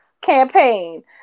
campaign